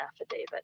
affidavit